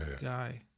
guy